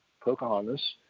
Pocahontas